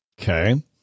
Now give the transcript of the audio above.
Okay